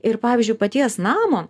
ir pavyzdžiui paties namo